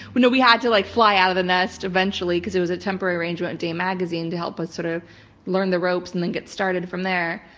you know we had to like fly out of the nest eventually because it was a temporary arrangement with dane magazine to help us sort of learn the ropes and then get started from there.